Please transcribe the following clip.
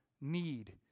need